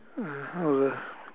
uh and all the